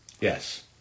yes